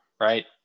right